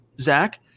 Zach